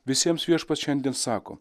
visiems viešpats šiandien sako